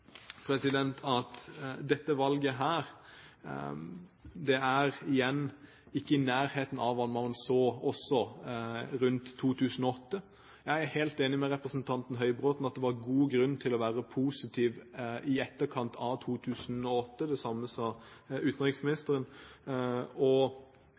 at dette valget ikke er i nærheten av hva en så rundt 2008. Jeg er helt enig med representanten Høybråten i at det var god grunn til å være positiv i etterkant av 2008. Det samme sa utenriksministeren. Tatt i betraktning de valgene som var i 2004 og